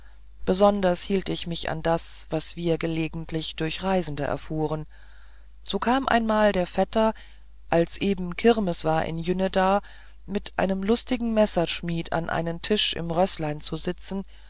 besonders hielt ich mich an das was wir gelegentlich durch reisende erfuhren so kam einmal der vetter als eben kirmes war zu jünneda mit einem lustigen messerschmied an einen tisch im rößlein zu sitzen